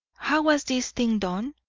how was this thing done?